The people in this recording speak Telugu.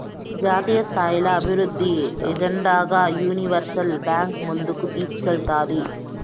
జాతీయస్థాయిల అభివృద్ధి ఎజెండాగా యూనివర్సల్ బాంక్ ముందుకు తీస్కేల్తాది